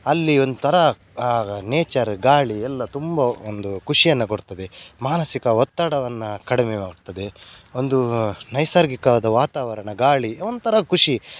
ಅಲ್ಲಿ ಒಂಥರ ಆಗ ನೇಚರು ಗಾಳಿ ಎಲ್ಲ ತುಂಬ ಒಂದು ಖುಷಿಯನ್ನ ಕೊಡ್ತದೆ ಮಾನಸಿಕ ಒತ್ತಡವನ್ನು ಕಡ್ಮೆಯಾಗ್ತದೆ ಒಂದೂ ನೈಸರ್ಗಿಕವಾದ ವಾತಾವರಣ ಗಾಳಿ ಒಂಥರ ಖುಷಿ